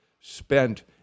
spent